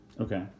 Okay